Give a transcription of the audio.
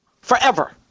forever